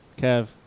Kev